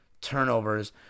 turnovers